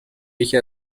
یکی